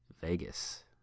Vegas